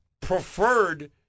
preferred